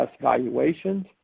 valuations